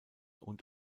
und